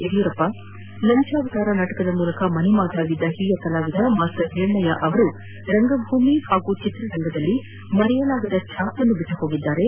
ಯಡಿಯೂರಪ್ಪ ಲಂಚಾವತಾರ ನಾಟಕದ ಮೂಲಕ ಮನೆ ಮಾತಾಗಿದ್ದ ಹಿರಿಯ ಕಲಾವಿದ ಮಾಸ್ಟರ್ ಹಿರಣ್ಣಯ್ಯ ಅವರು ರಂಗಭೂಮಿ ಹಾಗೂ ಚಿತ್ರರಂಗದಲ್ಲಿ ಮರೆಯಲಾಗದ ಛಾಪನ್ನು ಬಿಟ್ಟುಹೋಗಿದ್ದಾರೆ